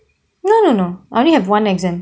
no no no I only have one exam